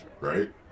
right